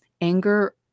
anger